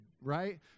right